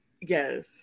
Yes